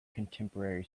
contemporary